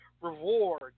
reward